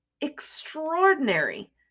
extraordinary